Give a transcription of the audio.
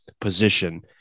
position